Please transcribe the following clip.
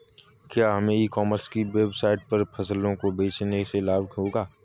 क्या हमें e commerce की वेबसाइट पर फसलों को बेचने से लाभ होगा?